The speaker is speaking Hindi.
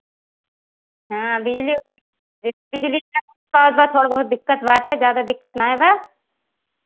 हाँ बिजली ये बिजली का थोड़ा बहुत दिक्कत बाटै ज़्यादा दिक्कत नाय बा